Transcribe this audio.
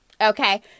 Okay